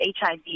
HIV